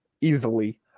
easily